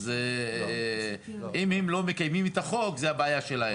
אז לא מקיימים את החוק זו הבעיה שלהם.